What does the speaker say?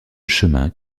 chemins